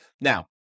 Now